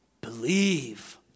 Believe